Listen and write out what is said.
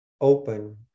open